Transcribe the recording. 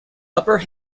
upper